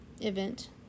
event